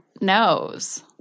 knows